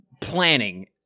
planning